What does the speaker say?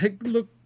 Look